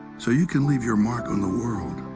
so you can leave your mark on the world,